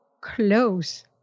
close